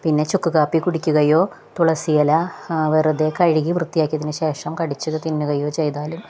പിന്നെ ചുക്കുകാപ്പി കുടിക്കുകയോ തുളസിയില വെറുതെ കഴുകി വൃത്തിയാക്കിയതിനുശേഷം കടിച്ചു തിന്നുകയോ ചെയ്താലും